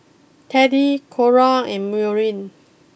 Teddie Cora and Maureen